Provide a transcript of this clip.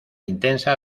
intensa